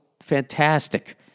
Fantastic